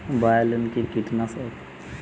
বায়োলিন কি কীটনাশক?